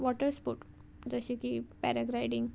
water sport जशें की paragliding